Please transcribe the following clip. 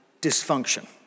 dysfunction